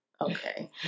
Okay